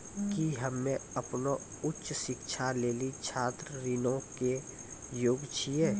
कि हम्मे अपनो उच्च शिक्षा लेली छात्र ऋणो के योग्य छियै?